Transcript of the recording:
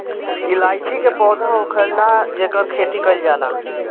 इलायची के पौधा होखेला जेकर खेती कईल जाला